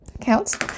Counts